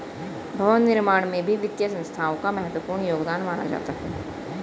भवन निर्माण में भी वित्तीय संस्थाओं का महत्वपूर्ण योगदान माना जाता है